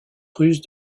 russe